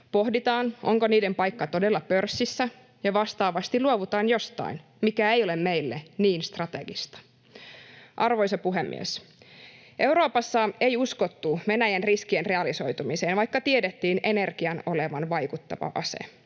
pohditaan, onko niiden paikka todella pörssissä, ja vastaavasti luovutaan jostain, mikä ei ole meille niin strategista. Arvoisa puhemies! Euroopassa ei uskottu Venäjän riskien realisoitumiseen, vaikka tiedettiin energian olevan vaikuttava ase.